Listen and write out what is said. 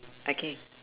okay